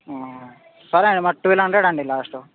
సరే మరి twelve hundred అండి లాస్ట్